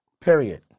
period